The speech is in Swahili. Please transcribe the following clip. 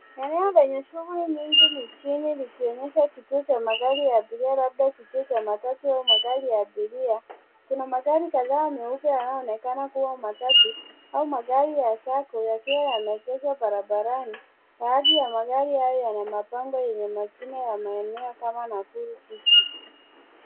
Eneo lenye shughuli nyingi mijini ikionyesha kituo cha magari ya abiria labda kituo cha matatu au magari ya abiria, kuna magari kadhaa meupe yanayoonekana kua matatu au magari ya sacco yakiwa yameegeshwa barabarani, baadhi ya magari hayo yana mabango yenye majina ya maeneo kama Nakuru city.